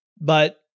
But-